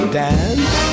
dance